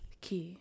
Key